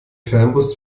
fernbus